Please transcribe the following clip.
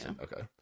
okay